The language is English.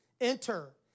Enter